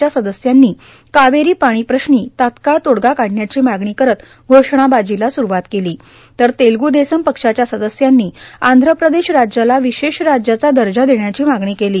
च्या सदस्यांनी कावेरी पाणीप्रश्नी तात्काळ तोडगा काढण्याची मागणी करत घोषणाबाजीला सुरुवात केली तर तेलग् देसम पक्षाच्या सदस्यांनी आंध्र प्रदेश राज्याला विशेष राज्याचा दर्जा देण्याची मागणी केली